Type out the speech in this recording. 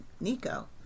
Nico